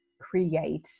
create